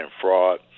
fraud